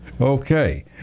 Okay